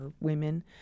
women